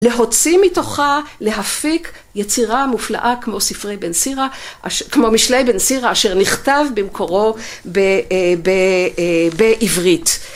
להוציא מתוכה להפיק יצירה מופלאה כמו ספרי בן סירא, כמו משלי בן סירא אשר נכתב במקורו בעברית.